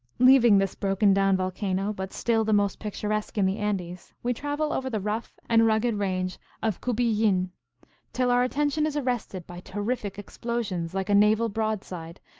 leaving this broken-down volcano, but still the most picturesque in the andes, we travel over the rough and rugged range of cubillin, till our attention is arrested by terrific explosions like a naval broadside,